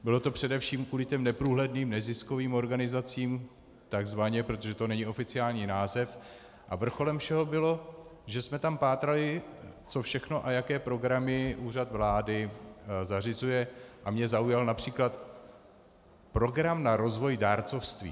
Bylo to především kvůli neprůhledným neziskovým organizacím takzvaným, protože to není oficiální název, a vrcholem všeho bylo, že jsme tam pátrali, co všechno a jaké programy Úřad vlády zařizuje, a mě zaujal například program na rozvoj dárcovství.